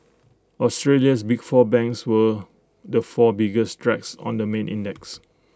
Australia's big four banks were the four biggest drags on the main index